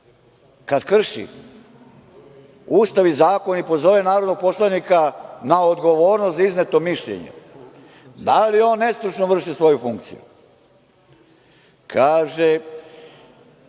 Kada krši Ustav i zakon i pozove narodnog poslanika na odgovornost za izneto mišljenje da li on nestručno vrši svoju funkciju? Kaže